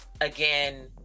again